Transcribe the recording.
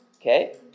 Okay